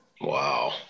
Wow